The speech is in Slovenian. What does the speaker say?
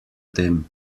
tem